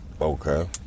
Okay